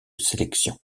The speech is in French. sélection